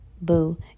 Boo